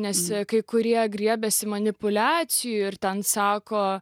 nes kai kurie griebiasi manipuliacijų ir ten sako